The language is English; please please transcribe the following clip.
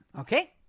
Okay